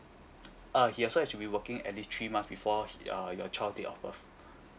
uh he also have to be working at least three months before he uh your child's date of birth